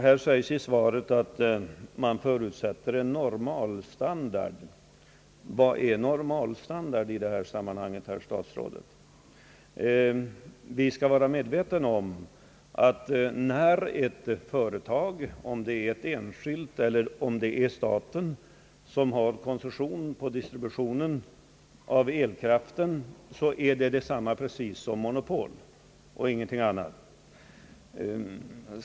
Det erinras i svaret om att taxesystemet är uppbyggt på en normalstandard. Vad menas i detta sammanhang med uttrycket »normalstandard»? Vi skall vara medvetna om att det förhållandet att ett företag — oavsett om det är enskilt eller statligt — har koncession på distributionen av elkraft är liktydigt med att det har en monopolställning.